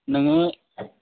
नोङो